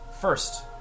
first